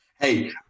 Hey